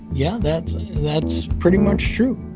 yeah, that's, that's pretty much true.